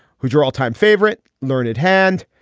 who's your all time favorite learned hand.